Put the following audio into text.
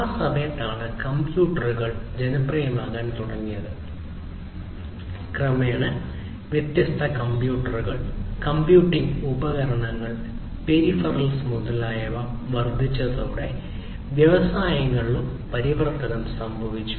ആ സമയത്താണ് കമ്പ്യൂട്ടറുകൾ മുതലായവ വർദ്ധിച്ചതോടെ വ്യവസായങ്ങളിലും പരിവർത്തനം സംഭവിച്ചു